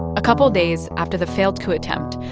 a couple days after the failed coup attempt,